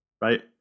right